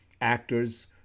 actors